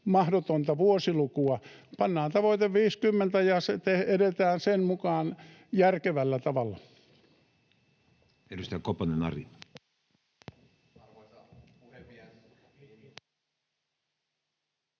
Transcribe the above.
mahdotonta vuosilukua. Pannaan tavoite 50 ja edetään sen mukaan järkevällä tavalla. Edustaja Koponen, Ari.